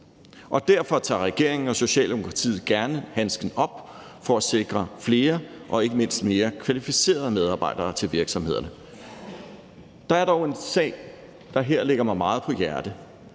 Derfor tager regeringen og Socialdemokratiet gerne handsken op for at sikre flere og ikke mindst mere kvalificerede medarbejdere til virksomhederne. Der er dog en sag, der her ligger mig meget på sinde,